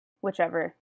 whichever